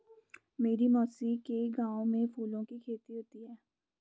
मेरी मौसी के गांव में फूलों की खेती होती है